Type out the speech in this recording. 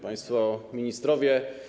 Państwo Ministrowie!